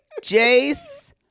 Jace